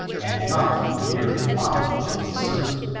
and not the mere body of the serv ant.